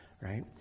right